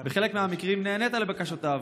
בחלק מהמקרים נענית לבקשותיו.